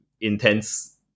intense